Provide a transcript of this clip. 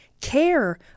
care